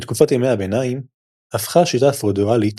בתקופת ימי הביניים הפכה השיטה הפאודלית